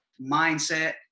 mindset